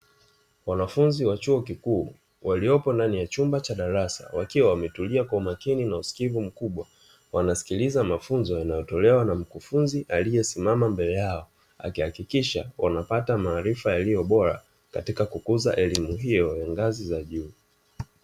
Wanafunzi wa chuo kikuu, waliopo ndani ya chumba cha darasa, wakiwa wametulia kwa umakini na usikivu mkubwa. Wanasikiliza mafunzo yanayotolewa na mkufunzi aliyesimama mbele yao, akihakikisha wanapata maarifa yaliyo bora katika kukuza elimu hiyo ya ngazi ya juu.